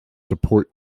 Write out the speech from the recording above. support